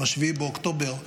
ב-7 באוקטובר,